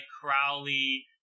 Crowley